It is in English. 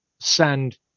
Send